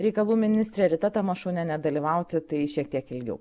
reikalų ministrė rita tamašunienė dalyvauti tai šiek tiek ilgiau